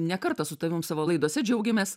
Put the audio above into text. ne kartą su tavim savo laidose džiaugėmės